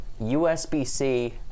USB-C